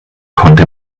konnte